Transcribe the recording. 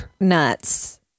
nuts